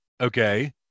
Okay